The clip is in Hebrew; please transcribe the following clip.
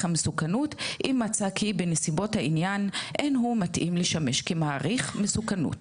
המסוכנות אם מצא כי בנסיבות העניין אין הוא מתאים לשמש מעריך מסוכנות.